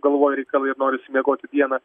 galvoj reikalai ir norisi miegoti dieną